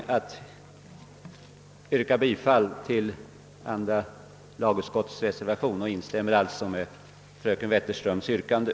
Jag instämmer "därför i fröken Wetterströms yrkande om bifall till reservationen.